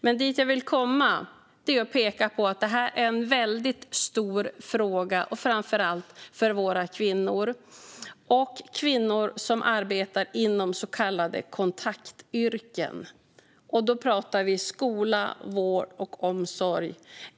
Men dit jag vill komma är att peka på att detta är en stor fråga, framför allt för kvinnor och för kvinnor som arbetar inom så kallade kontaktyrken. Då pratar vi skola, vård och omsorg.